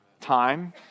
Time